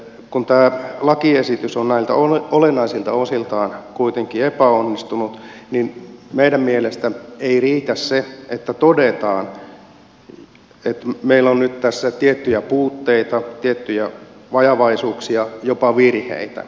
mutta kun tämä lakiesitys on näiltä olennaisilta osiltaan kuitenkin epäonnistunut niin meidän mielestämme ei riitä se että todetaan että meillä on nyt tässä tiettyjä puutteita tiettyjä vajavaisuuksia jopa virheitä